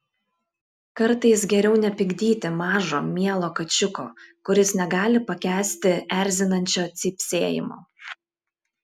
kartais geriau nepykdyti mažo mielo kačiuko kuris negali pakęsti erzinančio cypsėjimo